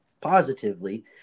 positively